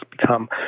become